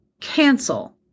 cancel